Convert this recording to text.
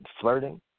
flirting